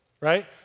Right